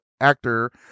actor